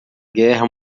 guerra